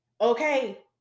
Okay